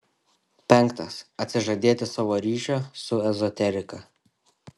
penktas atsižadėti savo ryšio su ezoterika